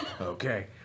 Okay